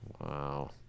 Wow